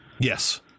Yes